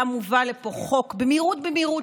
היה מובא לפה חוק במהירות במהירות